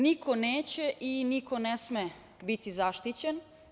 Niko neće i niko ne sme biti zaštićen.